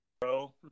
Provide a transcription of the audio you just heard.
bro